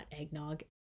eggnog